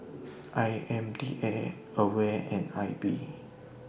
I M D A AWARE and I B